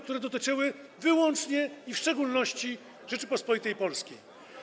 które dotyczyły wyłącznie i w szczególności Rzeczypospolitej Polskiej?